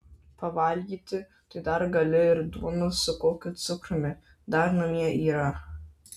pavalgyti tai dar gali ir duonos su kokiu cukrumi dar namie yra